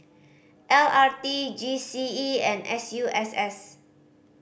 L R T G C E and S U S S